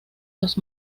los